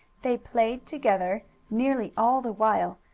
they played together nearly all the while,